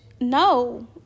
No